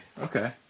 Okay